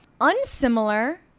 Unsimilar